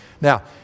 Now